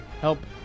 help